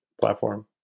platform